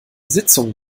sitzungen